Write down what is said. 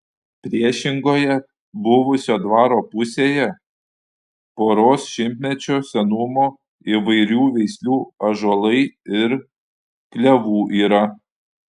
priešingoje buvusio dvaro pusėje poros šimtmečių senumo įvairių veislių ąžuolai ir klevų yra